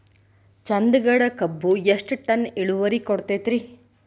ಚಂದಗಡ ಕಬ್ಬು ಎಷ್ಟ ಟನ್ ಇಳುವರಿ ಕೊಡತೇತ್ರಿ?